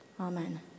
Amen